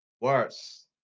Worse